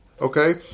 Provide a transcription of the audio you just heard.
Okay